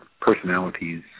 personalities